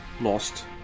Lost